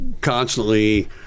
constantly